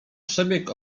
przebieg